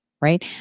right